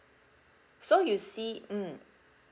so you see mm